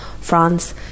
France